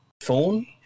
phone